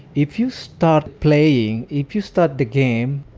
if you start playing if you start the game,